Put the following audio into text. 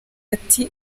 ati